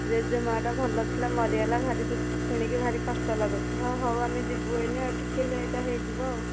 ଜେଜେମା'ଟା ଭଲ ଥିଲା ମରିଗଲା ଭାରି ଦୁଃଖ ଶୁଣିକି ଭାରି କଷ୍ଟ ଲାଗୁଛି ହଁ ହଉ ଆମେ ଯିବୁ ଏଇନେ ଟିକିଏ ଲେଟ୍ ହୋଇଯିବ ଆଉ